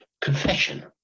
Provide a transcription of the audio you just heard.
confession